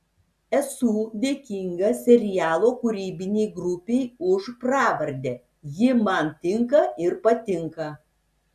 esu dėkingas serialo kūrybinei grupei už pravardę ji man tinka ir patinka